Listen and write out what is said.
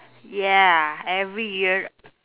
ya every year